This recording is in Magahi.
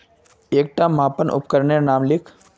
एकटा मापन उपकरनेर नाम लिख?